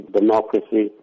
democracy